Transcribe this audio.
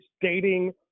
dating